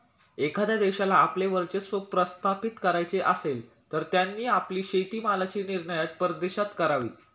एखाद्या देशाला आपले वर्चस्व प्रस्थापित करायचे असेल, तर त्यांनी आपली शेतीमालाची निर्यात परदेशात करावी